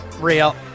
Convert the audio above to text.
Real